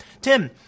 Tim